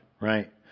right